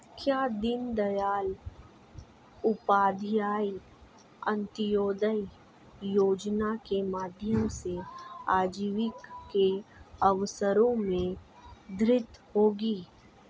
क्या दीन दयाल उपाध्याय अंत्योदय योजना के माध्यम से आजीविका के अवसरों में वृद्धि होगी?